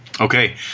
Okay